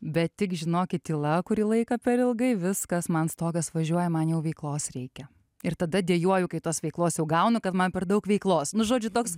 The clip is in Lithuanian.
bet tik žinokit tyla kurį laiką per ilgai viskas man stogas važiuoja man jau veiklos reikia ir tada dejuoju kai tos veiklos jau gaunu kad man per daug veiklos nu žodžiu toks